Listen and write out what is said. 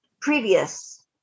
previous